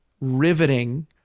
riveting